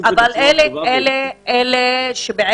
בסדר, אבל זה אלה שבעצם